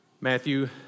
Matthew